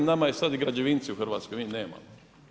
Nama je sad i građevinci u Hrvatskoj, mi ih nemamo.